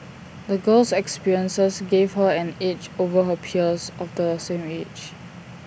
the girl's experiences gave her an edge over her peers of the same age